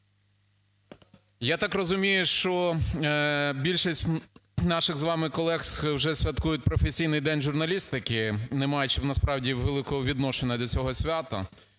Я так розумію, що більшість наших з вами колег вже святкують професійний День журналістики, не маючи, насправді, великого відношення до цього свята,